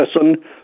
person